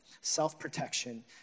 self-protection